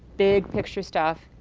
big picture stuff,